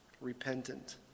repentant